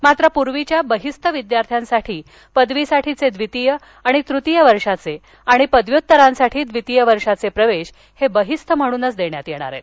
मात्र पूर्वीच्या बहिस्थ विद्यार्थ्यांसाठी पदवीसाठीचे द्वितीय आणि तृतीय वर्षाचे आणि पदव्युत्तरांसाठी द्वितीय वर्षाचे प्रवेश हे बहिस्थ म्हणूनच देण्यात येणार आहेत